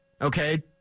Okay